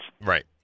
Right